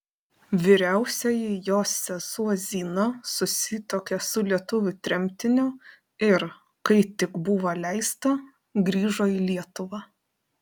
vyriausioji jos sesuo zina susituokė su lietuviu tremtiniu ir kai tik buvo leista grįžo į lietuvą